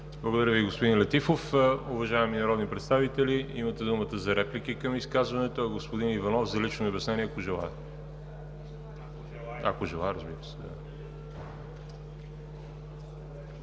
Благодаря Ви, господин Летифов. Уважаеми народни представители, имате думата за реплики към изказването, а господин Иванов за лично обяснение, ако желае, разбира се.